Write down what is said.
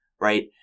right